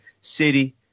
city